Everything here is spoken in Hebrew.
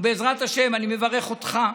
ובעזרת השם, אני מברך אותך,